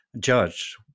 judge